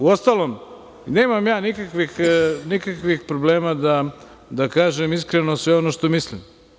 Uostalom, nemam ja nikakvih problema da kažem iskreno sve ono što mislim.